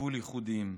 וטיפול ייחודיים.